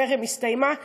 שתכף מסתיימת,